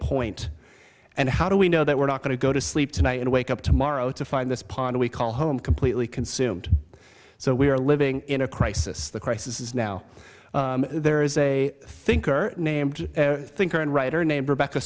point and how do we know that we're not going to go to sleep tonight and wake up tomorrow to find this pond we call home completely consumed so we are living in a crisis the crisis is now there is a thinker named thinker and writer named rebecca